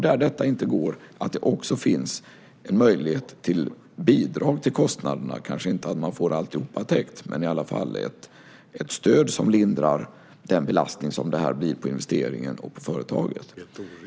Där detta inte går kan det också finnas möjlighet till bidrag till kostnaderna, kanske inte så att man får alltihopa täckt, men i alla fall ett stöd som lindrar den belastning som det här blir på investeringen och företaget.